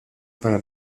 para